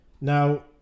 Now